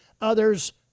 Others